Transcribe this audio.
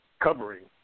covering